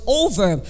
over